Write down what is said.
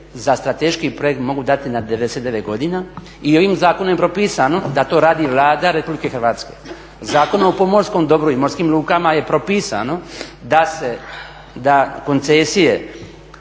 za strateški projekt mogu dati na 99 godina. I ovim zakonom je propisano da to radi Vlada RH. Zakonom o pomorskom dobru i morskim lukama je propisano da koncesije